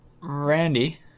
Randy